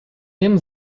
ним